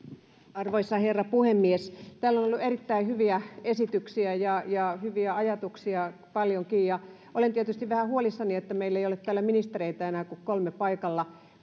arvoisa herra puhemies täällä on ollut erittäin hyviä esityksiä ja ja hyviä ajatuksia paljonkin olen tietysti vähän huolissani että meillä ei ole täällä ministereitä enää kuin kolme paikalla